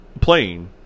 playing